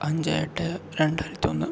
അഞ്ച് എട്ട് രണ്ടായിരത്തി ഒന്ന്